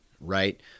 right